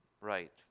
Right